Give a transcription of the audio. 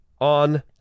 on